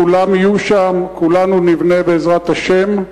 כולם יהיו שם, כולנו נבנה בעזרת השם.